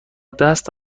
دست